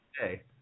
today